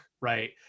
right